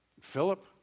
Philip